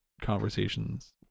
conversations